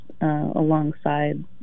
alongside